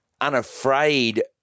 unafraid